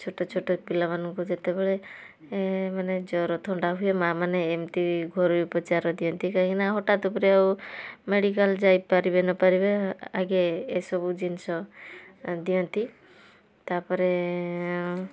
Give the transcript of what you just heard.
ଛୋଟ ଛୋଟ ପିଲାମାନଙ୍କୁ ଯେତେବେେଳେ ମାନେ ଜ୍ୱର ଥଣ୍ଡା ହୁଏ ମାଁମାନେ ଏମିତି ଘରୋଇ ଉପଚାର ଦିଅନ୍ତି କାହିଁକି ନା ହଠାତ୍ ଉପରେ ଆଉ ମେଡ଼ିକାଲ ଯାଇ ପାରିବେ ନ ପାରିବେ ଆଗେ ଏସବୁ ଜିନିଷ ଦିଅନ୍ତି ତାପରେ